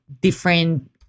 different